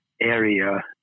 area